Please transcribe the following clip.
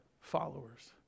followers